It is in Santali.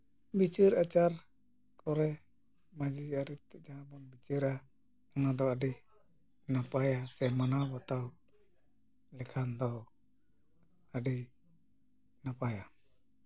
ᱵᱤᱪᱟᱹᱨ ᱟᱪᱟᱨ ᱠᱚᱨᱮᱫ ᱢᱟᱹᱡᱷᱤ ᱟᱹᱨᱤᱛᱮ ᱡᱟᱦᱟᱸ ᱵᱚᱱ ᱵᱤᱪᱟᱹᱨᱟ ᱚᱱᱟᱫᱚ ᱟᱹᱰᱤ ᱱᱟᱯᱟᱭᱟ ᱥᱮ ᱢᱟᱱᱟᱣ ᱵᱟᱛᱟᱣ ᱞᱮᱠᱷᱟᱱ ᱫᱚ ᱟᱹᱰᱤ ᱱᱟᱯᱟᱭᱟ